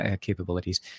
capabilities